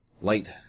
Light